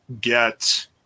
get –